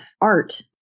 art